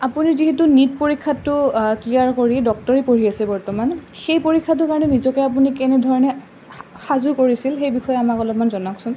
আপুনি যিহেতু নিট পৰীক্ষাটো ক্লিয়াৰ কৰি ডক্তৰী পঢ়ি আছে বৰ্তমান সেই পৰীক্ষাটোৰ কাৰণে নিজকে আপুনি কেনেধৰণে সা সাজু কৰিছিল সেই বিষয়ে আমাক অলপমান জনাওকচোন